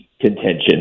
contention